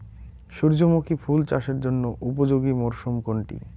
সূর্যমুখী ফুল চাষের জন্য উপযোগী মরসুম কোনটি?